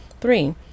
Three